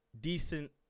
decent